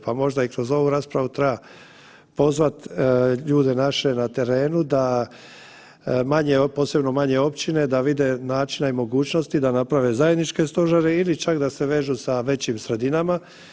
Pa možda i kroz ovu raspravu treba pozvati ljude naše na terenu da manje, posebno manje općine, da vide načina i mogućnosti da naprave zajedničke stožere ili čak da se vežu sa većim sredinama.